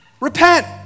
Repent